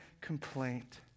complaint